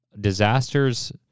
disasters